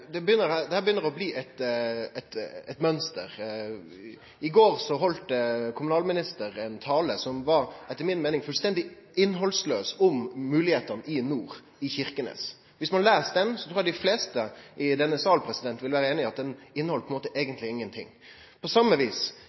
begynner å bli eit mønster. I går heldt kommunalministeren ein tale – som etter mi meining var fullstendig innhaldslaus – om moglegheitene i nord, i Kirkenes. Viss ein les talen, trur eg dei fleste i denne salen vil vere einige i at han inneheldt eigentleg ingenting. På same vis